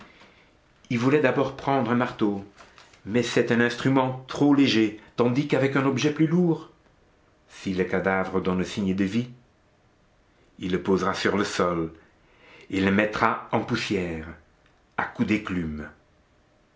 il voulait d'abord prendre un marteau mais c'est un instrument trop léger tandis qu'avec un objet plus lourd si le cadavre donne signe de vie il le posera sur le sol et le mettra en poussière à coups